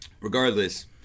regardless